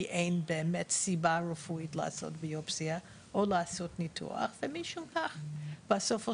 אין באמת סיבה רפואית לעשות ביופסיה או לעשות ניתוח ומשום כך בסופו